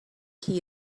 key